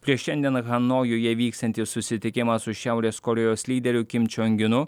prieš šiandien hanojuje vyksiantį susitikimą su šiaurės korėjos lyderiu kim čiong inu